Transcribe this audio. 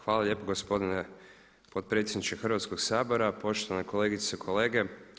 Hvala lijepo gospodine potpredsjedniče Hrvatskog sabora, poštovane kolegice i kolege.